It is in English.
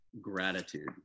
gratitude